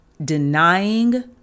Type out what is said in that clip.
denying